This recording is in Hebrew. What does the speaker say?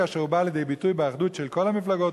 כאשר הוא בא לידי ביטוי באחדות של כל המפלגות,